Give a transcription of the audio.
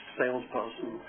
salesperson